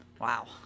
Wow